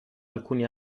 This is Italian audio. alcuni